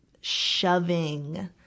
shoving